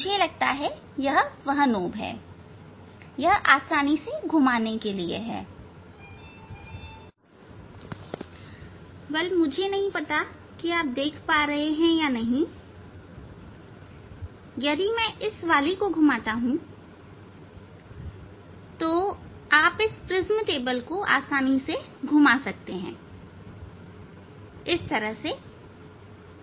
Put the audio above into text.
मुझे लगता है यह वह नॉब है यह आसानी से घुमाने के लिए है मुझे नहीं पता कि आप देख सकते हैं या नहीं यदि मैं इस वाली को घुमाता हूं आप इस प्रिज्म टेबल को आसानी से घुमा सकते हैं यह संभव है